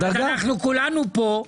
אנחנו כולנו פה,